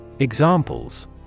Examples